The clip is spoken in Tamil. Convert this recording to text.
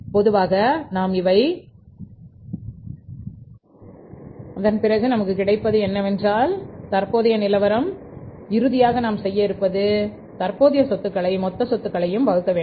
பொது நாம் இவை குறுகி உடை இவர் நாம் கறி நமக்கு கிடைப்பது தற்போதைய படங்களின் நிலவரம் இறுதியாக நான் செய்ய இருப்பது என்னவென்றால் தற்போதைய சொத்துக்களை மொத்த சொத்துக்களையும் வகுக்க வேண்டும்